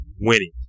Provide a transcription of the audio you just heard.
Winning